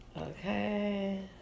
Okay